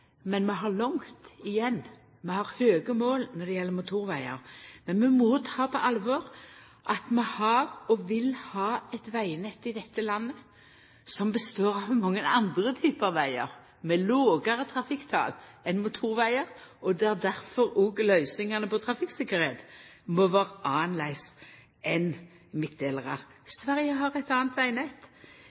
men vi har langt igjen. Vi har høge mål når det gjeld motorvegar. Men vi må ta på alvor at vi har, og vil ha, eit vegnett i dette landet som består av mange andre typar vegar, med lågare trafikktal enn motorvegar. Og det er òg derfor løysinga når det gjeld trafikktryggleik, må vera noko anna enn midtdelarar. Sverige har eit anna